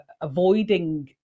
avoiding